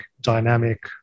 dynamic